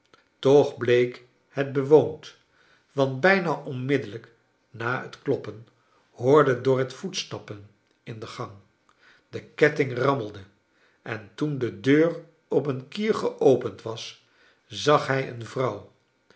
toch bleek het bewoond want bijna onmiddellijk na het kloppen hoorde dorrit voetstappen in de gang de ketting rammelde en toen de deur op een kier geopend was zag hij een vrouw